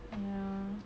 ya